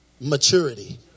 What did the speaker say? Maturity